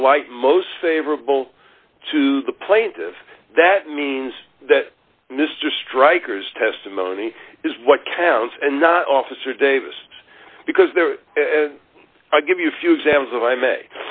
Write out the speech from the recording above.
a light most favorable to the plaintive that means that mr striker's testimony is what counts and not officer davis because there are as i give you a few examples of i may